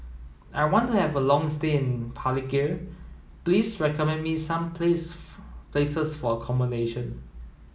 I want to have a long stay in Palikir please recommend me some place places for accommodation